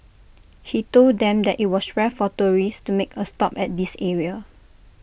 he told them that IT was rare for tourists to make A stop at this area